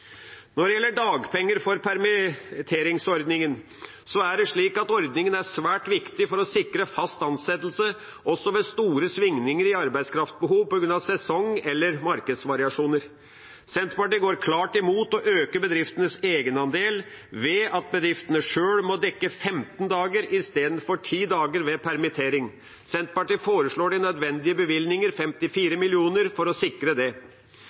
Når det gjelder dagpenger for permitteringsordningen, er det slik at ordningen er svært viktig for å sikre fast ansettelse også ved store svingninger i arbeidskraftbehov på grunn av sesong eller markedsvariasjoner. Senterpartiet går klart imot å øke bedriftenes egenandel ved at bedriftene sjøl må dekke 15 dager i stedet for 10 dager ved permittering. Senterpartiet foreslår de nødvendige bevilgninger, 54 mill. kr, for å sikre det.